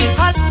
hot